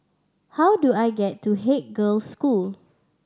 how do I get to Haig Girls' School